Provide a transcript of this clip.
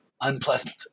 unpleasant